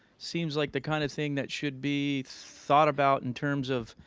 seems like the kind of thing that should be thought about in terms of